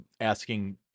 asking